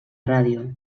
ràdio